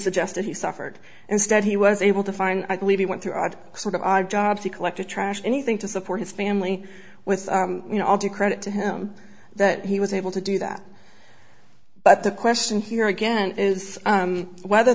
suggested he suffered instead he was able to find i believe he went through odd sort of odd jobs to collect a trash anything to support his family with you know all due credit to him that he was able to do that but the question here again is whether